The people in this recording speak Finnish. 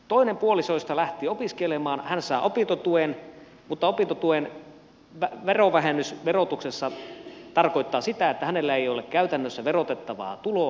toinen puolisoista lähti opiskelemaan hän saa opintotuen mutta opintotuen verovähennys verotuksessa tarkoittaa sitä että hänellä ei ole käytännössä verotettavaa tuloa